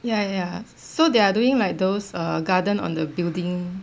ya ya so they are doing like those err garden on the building